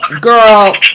girl